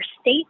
state